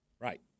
Right